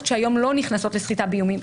שהיום לא נכנסות לסחיטה באיומים,